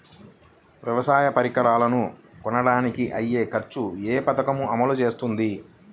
వ్యవసాయ పరికరాలను కొనడానికి అయ్యే ఖర్చు ఏ పదకము అమలు చేస్తుంది?